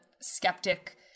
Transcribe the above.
skeptic